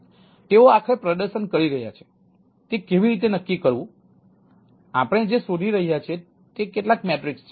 તેઓ આખરે પ્રદર્શન કરી રહ્યા છે તે કેવી રીતે નક્કી કરવું આપણે જે શોધી રહ્યા છીએ તે કેટલાક મેટ્રિક્સ છે